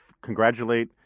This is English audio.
congratulate